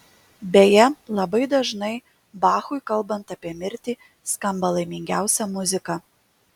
beje labai dažnai bachui kalbant apie mirtį skamba laimingiausia muzika